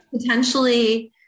Potentially